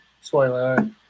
Spoiler